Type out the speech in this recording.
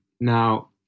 Now